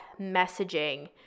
messaging